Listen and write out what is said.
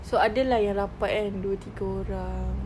so adalah yang rapat kan dua tiga orang